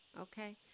Okay